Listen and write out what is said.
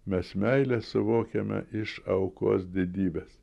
mes meilę suvokiame iš aukos didybės